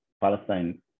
Palestine